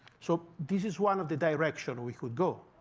so this is one of the direction we could go,